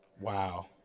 wow